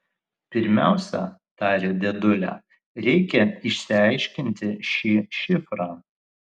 pirmiausia tarė dėdulė reikia išsiaiškinti šį šifrą